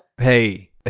Hey